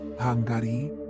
Hungary